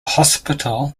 hospital